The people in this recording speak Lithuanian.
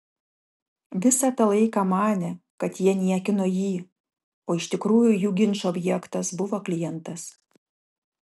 visą tą laiką manė kad jie niekino jį o iš tikrųjų jų ginčo objektas buvo klientas